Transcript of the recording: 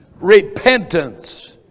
repentance